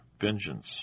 vengeance